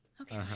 okay